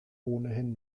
ohnehin